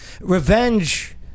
revenge